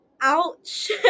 Ouch